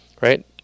Right